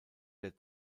der